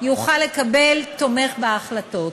יוכל לקבל תומך בהחלטות.